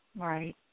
Right